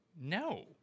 no